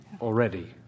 already